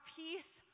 peace